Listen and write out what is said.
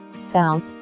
south